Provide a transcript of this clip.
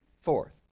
fourth